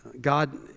God